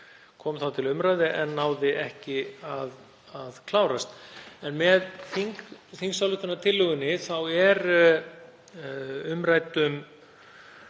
kom þá til umræðu en náði ekki að klárast. Með þingsályktunartillögunni er umræddum